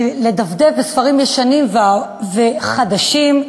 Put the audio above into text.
לדפדף בספרים ישנים וחדשים,